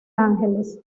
ángeles